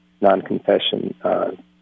non-confession